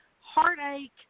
heartache